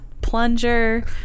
plunger